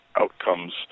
outcomes